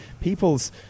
people's